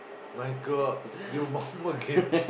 my-God your mum again